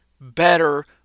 better